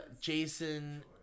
Jason